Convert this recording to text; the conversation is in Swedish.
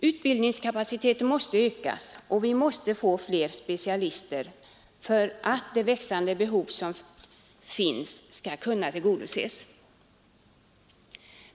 Utbildningskapaciteten måste ökas och vi måste få fler specialister för att det växande behovet skall kunna tillgodoses.